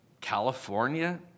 California